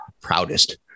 proudest